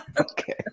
Okay